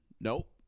Nope